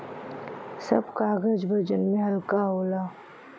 सब कागज वजन में हल्का होला